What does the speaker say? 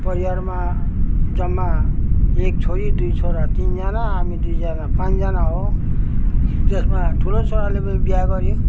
परिवारमा जम्मा एक छोरी दुई छोरी तिनजाना हामी दुईजाना पाँचजाना हो त्यसमा ठुलो छोराले पनि बिहा गर्यो